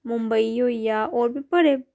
मुंबई होई गेआ होर बी बड़े